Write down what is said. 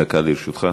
דקה לרשותך.